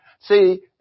see